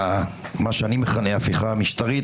למה שאני מכנה "הפיכה משטרית",